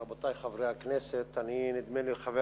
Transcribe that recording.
רבותי חברי הכנסת, אני, נדמה לי, חבר